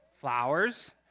Flowers